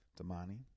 Damani